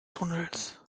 tunnels